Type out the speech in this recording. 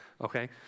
okay